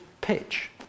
pitch